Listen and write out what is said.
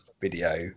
video